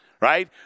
right